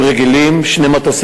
אדוני היושב-ראש,